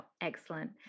Excellent